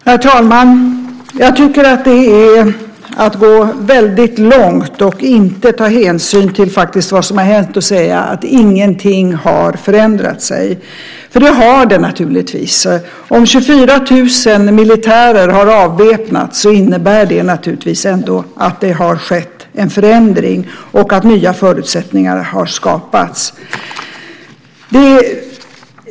Herr talman! Jag tycker att det är att gå väldigt långt och att inte ta hänsyn till vad som faktiskt har hänt att säga att ingenting har förändrat sig, för det har det naturligtvis. Om 24 000 militärer har avväpnats innebär det ändå att det har skett en förändring och att nya förutsättningar har skapats.